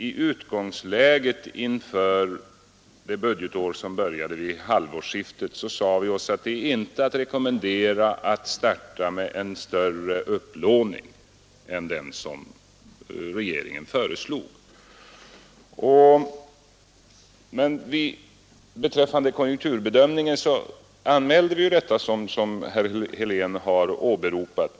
I utgångsläget inför det budgetår som började den 1 juli i år sade vi att det inte var att rekommendera en större upplåning än den som regeringen föreslog. Beträffande konjunkturbedömningen påtalade vi det som herr Helén nu har åberopat.